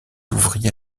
ouvrier